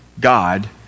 God